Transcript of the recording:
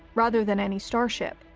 rather than any starship.